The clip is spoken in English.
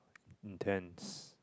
intense